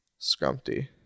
Scrumpty